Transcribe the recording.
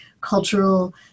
cultural